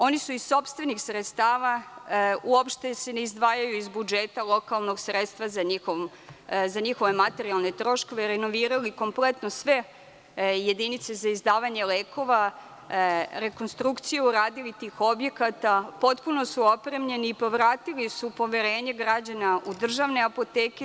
Oni su iz sopstvenih sredstava, uopšte se ne izdvajaju iz budžeta lokalnog sredstva za njihove materijalne troškove, renovirali kompletno sve jedinice za izdavanje lekova, rekonstrukciju uradili tih objekata, potpuno su opremljeni i povratili su poverenje građana u državne apoteke.